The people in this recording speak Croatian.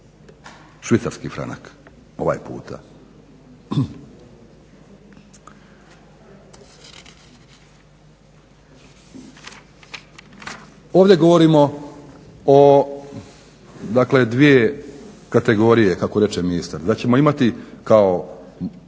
švicarski franak ovaj puta. Ovdje govorimo o dakle dvije kategorije kako reče ministar, da ćemo imati kao